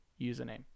username